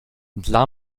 dla